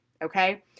Okay